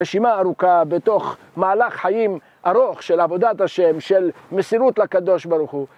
רשימה ארוכה בתוך מהלך חיים ארוך של עבודת ה' של מסירות לקדוש ברוך הוא